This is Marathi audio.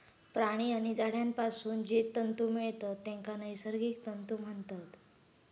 प्राणी आणि झाडांपासून जे तंतु मिळतत तेंका नैसर्गिक तंतु म्हणतत